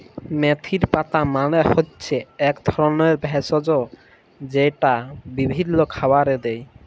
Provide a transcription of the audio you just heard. মেথির পাতা মালে হচ্যে এক ধরলের ভেষজ যেইটা বিভিল্য খাবারে দেয়